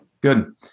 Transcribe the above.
Good